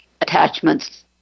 attachments